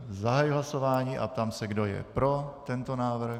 Zahajuji hlasování a ptám se, kdo je pro tento návrh.